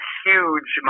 huge